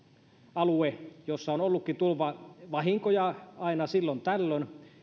alue jolla on ollutkin tulvavahinkoja aina silloin tällöin